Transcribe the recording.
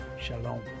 Shalom